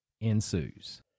ensues